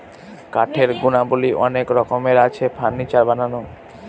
কাঠের গুণাবলী অনেক রকমের আছে, ফার্নিচার বানানো